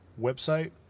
website